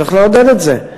צריך לעודד את זה.